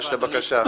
הגשת בקשה.